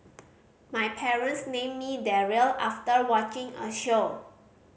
my parents named me Daryl after watching a show